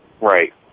Right